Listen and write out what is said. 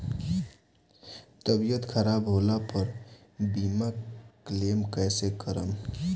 तबियत खराब होला पर बीमा क्लेम कैसे करम?